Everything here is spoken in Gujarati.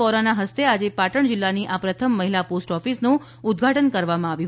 વોરાના હસ્તે આજે પાટણ જિલ્લાની આ પ્રથમ મહિલા પોસ્ટ ઓફિસનું ઉદ્વાટન કરવામાં આવ્યું